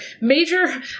Major